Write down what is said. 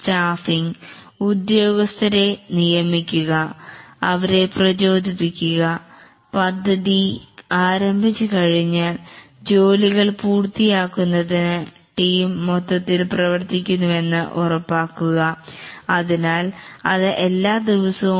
staffing ഉദ്യോഗസ്ഥരെ നിയമിക്കുക അവരെ പ്രചോദിപ്പിക്കുക പദ്ധതി ആരംഭിച്ചു കഴിഞ്ഞാൽ ജോലികൾ പൂർത്തിയാക്കുന്നതിന് ടീം മൊത്തത്തിൽ പ്രവർത്തിക്കുന്നുവെന്ന് ഉറപ്പാക്കുക അതിനാൽ അത് എല്ലാ ദിവസവും